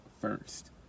first